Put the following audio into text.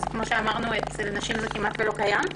כפי שאמרנו אצל נשים זה כמעט לא קיים.